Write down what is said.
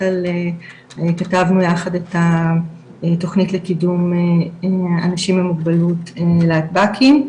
על התוכנית שכתבנו יחד לקידום אנשים עם מוגבלות להטב"קים,